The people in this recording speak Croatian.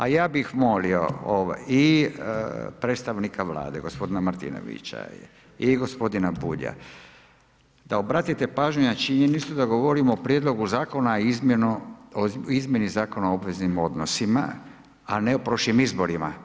A ja bih molio i predstavnika Vlade, gospodina Martinovića i gospodina Bulja da obratite pažnju na činjenicu da govorimo o Prijedlogu zakona i o Izmjeni Zakona o obveznim odnosima a ne o prošlim izborima.